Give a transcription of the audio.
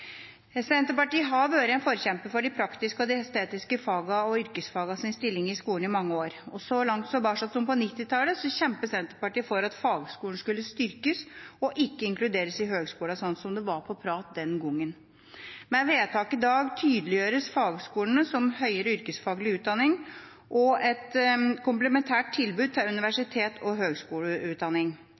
Senterpartiet har vært en forkjemper for de praktisk-estetiske fagenes og yrkesfagenes stilling i skolen i mange år. Så langt tilbake som på 1990-tallet kjempet Senterpartiet for at fagskolene skulle styrkes og ikke inkluderes i høyskolene, slik det var prat om den gangen. Med vedtaket i dag tydeliggjøres fagskolene som «høyere yrkesfaglig utdanning» og et komplementært tilbud til universitets- og